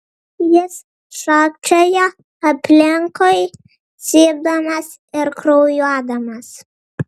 jis šokčiojo aplinkui cypdamas ir kraujuodamas